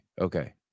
Okay